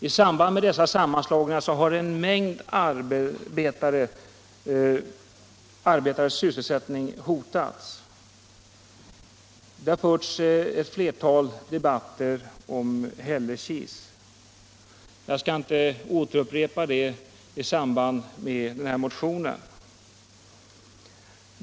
I samband med dessa sammanslagningar har en mängd arbetares sysselsättning hotats. Det har förts ett flertal debatter om Hällekis. Jag skall inte i samband med den här motionen upprepa det som tidigare anförts.